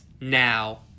now